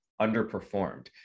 underperformed